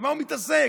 במה מתעסק,